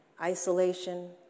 isolation